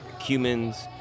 cumins